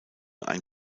ein